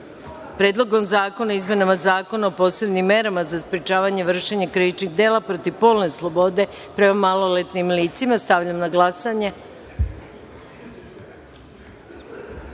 Predlog zakona o izmenama Zakona o posebnim merama za sprečavanje vršenja krivičnih dela protiv polne slobode prema maloletnim licima. Stavljam na glasanje